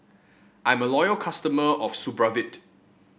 I'm a loyal customer of Supravit